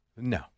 No